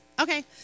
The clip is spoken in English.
Okay